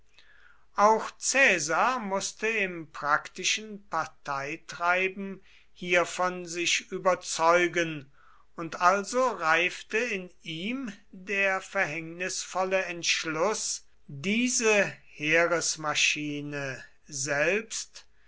auch caesar mußte im praktischen parteitreiben hiervon sich überzeugen und also reifte in ihm der verhängnisvolle entschluß diese heeresmaschine selbst